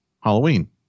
Halloween